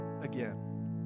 again